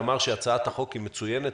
ואמר שהצעת החוק היא מצוינת,